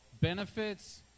benefits